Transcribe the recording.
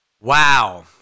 Wow